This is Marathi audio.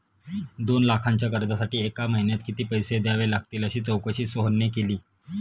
दोन लाखांच्या कर्जासाठी एका महिन्यात किती पैसे द्यावे लागतील अशी चौकशी सोहनने केली